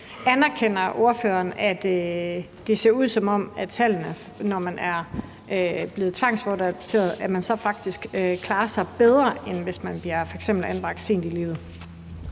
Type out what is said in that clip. Anerkender ordføreren, at det ser ud, som om tallene viser, at man, når man er blevet tvangsbortadopteret, faktisk klarer sig bedre, end hvis man f.eks. bliver anbragt sent i livet?